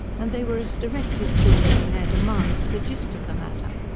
and they were as direct as children in their demand for the gist of the matter.